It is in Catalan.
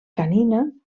canina